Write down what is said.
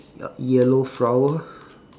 yellow flower